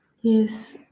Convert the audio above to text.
yes